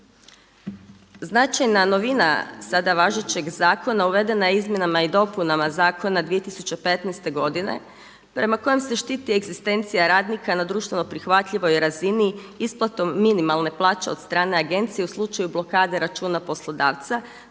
Značajna novina sada važećeg zakona uvedena je izmjenama i dopunama zakona 2015. godine prema kojem se štititi egzistencija radnika na društveno prihvatljivoj razini isplatom minimalne plaće od strane agencije u slučaju blokade računa poslodavca